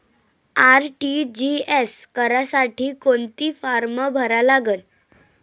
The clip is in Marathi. आर.टी.जी.एस करासाठी कोंता फारम भरा लागन?